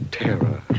terror